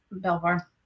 Belvoir